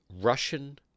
Russian